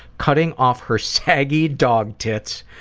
cutting off her saggy dog-tits,